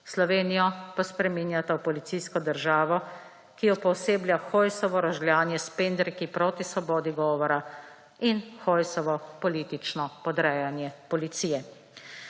Slovenijo pa spreminjata v policijsko državo, ki jo pooseblja Hojsovo rožljanje s pendreki proti svobodi govora in Hojsovo politično podrejanje policije.